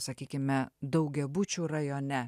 sakykime daugiabučių rajone